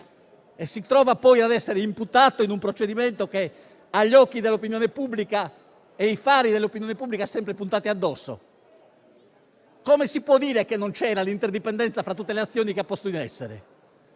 e si trova poi ad essere imputato in un procedimento che ha i fari dell'opinione pubblica sempre puntati addosso. Come si può dire che non c'era l'interdipendenza fra tutte le azioni che ha posto in essere?